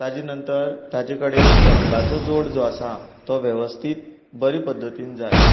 ताजे नंतर ताजे कडेन चप्पलाचो जोड जो आसा तो वेवस्थीत बरें पध्दतीन जाय